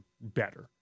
better